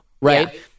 right